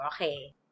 Okay